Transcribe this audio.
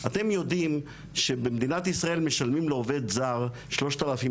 אתם יודעים שבמדינת ישראל משלמים לעובד זר 3,000